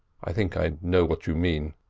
i think i know what you mean.